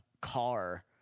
car